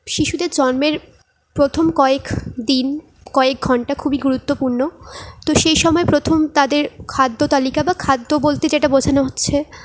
শিশুদের জন্মের প্রথম কয়েক দিন কয়েক ঘন্টা খুবই গুরুত্বপূর্ণ তো সেই সময় প্রথম তাদের খাদ্য তালিকা বা খাদ্য বলতে যেটা বোঝানো হচ্ছে